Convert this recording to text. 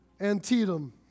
Antietam